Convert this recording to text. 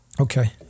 Okay